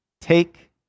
Take